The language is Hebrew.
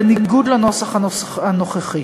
בניגוד לנוסח הנוכחי,